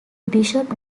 bishop